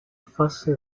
fase